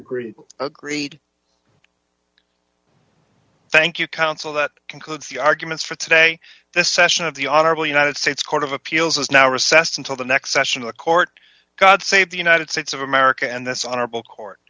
you agreed thank you council that concludes the arguments for today the session of the honorable united states court of appeals has now recessed until the next session of the court god save the united states of america and this honorable court